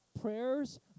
prayers